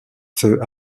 feux